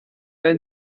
ein